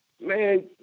Man